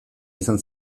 izan